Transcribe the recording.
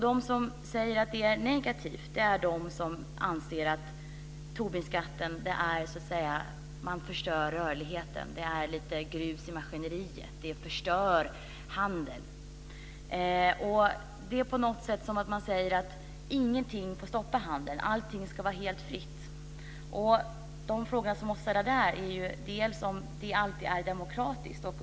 De som säger att den är negativ är de som anser att Tobinskatten innebär att man förstör rörligheten. Den innebär lite grus i maskineriet, och det förstör handeln. På något sätt är det som om man säger: Ingenting får stoppa handeln! Allting ska vara helt fritt! De frågor man måste ställa då är om detta alltid är demokratiskt.